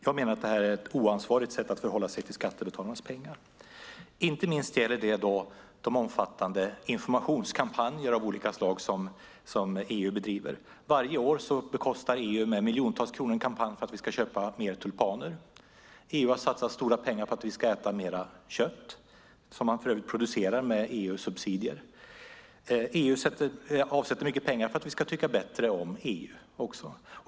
Jag menar att detta är ett oansvarigt sätt att förhålla sig till skattebetalarnas pengar. Inte minst gäller det de omfattande informationskampanjer av olika slag som EU bedriver. Varje år bekostar EU med miljontals kronor en kampanj för att vi ska köpa mer tulpaner. EU har satsat stora pengar på att vi ska äta mer kött, som för övrigt produceras med EU-subsidier. EU avsätter också mycket pengar för att vi ska tycka bättre om EU.